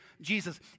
Jesus